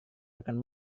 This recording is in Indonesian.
akan